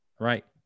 right